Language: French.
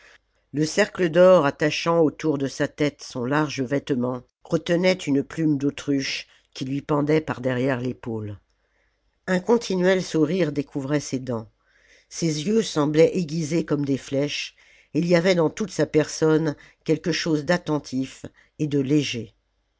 le cercle d'or attachant autour de sa tête son large vêtement retenait une plume d'autruche qui lui pendait par derrière l'épaule un continuel sourire découvrait ses dents ses yeux semblaient aiguisés comme des flèches et il y avait dans toute sa personne quelque chose d'attentif et de léger